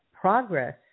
progress